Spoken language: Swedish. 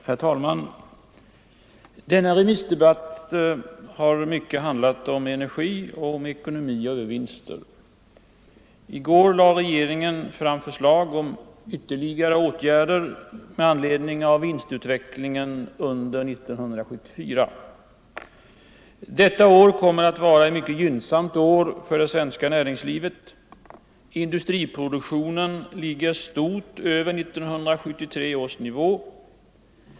Herr talman! Denna allmänpolitiska debatt har i mycket handlat om energi och om ekonomi och övervinster. I går lade regeringen fram förslag om ytterligare åtgärder med anledning av vinstutvecklingen under 1974. Detta år kommer att vara ett mycket gynnsamt år för det svenska näringslivet. Industriproduktionen ligger stort över 1973 års nivå.